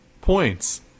Points